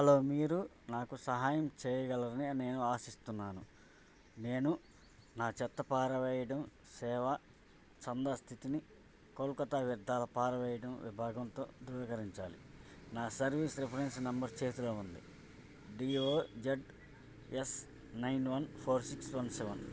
hello మీరు నాకు సహాయం చేయగలరని నేను ఆశిస్తున్నాను నేను నా చెత్త పారవేయడం సేవ చందా స్థితిని కోల్కతా వ్యర్థాల పారవేయడం విభాగంతో ధృవీకరించాలి నా సర్వీస్ రిఫరెన్స్ నంబర్ చేతిలో ఉంది D O Z S nine one four six one seven